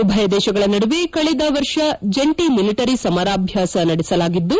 ಉಭಯ ದೇಶಗಳ ನಡುವೆ ಕಳೆದ ವರ್ಷ ಜಂಟಿ ಮಿಲಿಟರಿ ಸಮರಾಭ್ಯಾಸ ನಡೆಸಲಾಗಿದ್ದು